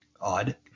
Odd